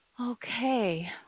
okay